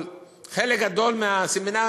אבל חלק גדול מהסמינרים,